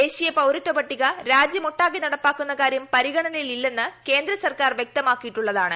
ദേശീയ പൌരത്വ പട്ടിക രാജ്യമൊട്ടാകെ നടപ്പാക്കുന്ന കാര്യം പരിഗണനയില്ലെന്ന് കേന്ദ്ര സർക്കാർ വ്യക്തമാക്കിയിട്ടുള്ളതാണ്